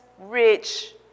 rich